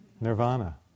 Nirvana